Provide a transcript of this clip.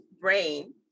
brain